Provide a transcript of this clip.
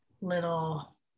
little